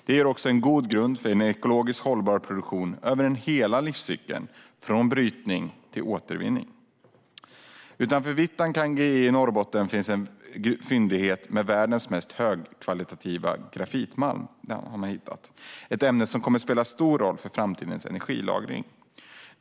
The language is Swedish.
Det ger också en god grund för en ekologiskt hållbar produktion över hela livscykeln - från brytning till återvinning. Utanför Vittangi i Norrbotten har en fyndighet med världens mest högkvalitativa grafitmalm hittats - ett ämne som kommer att spela en stor roll för framtidens energilagring.